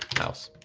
house.